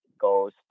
goes